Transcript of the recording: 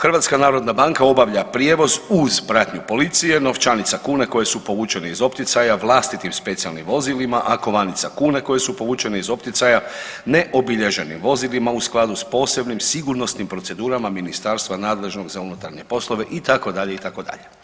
HNB obavlja prijevoz uz pratnju policije novčanica kuna koje su povučene iz opticaja vlastitim specijalnim vozilima, a kovanica kune koje su povučene iz opticaja neobilježenim vozilima u skladu s posebnim sigurnosnim procedurama ministarstva nadležnog za unutarnje poslove itd., itd.